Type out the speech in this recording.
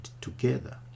together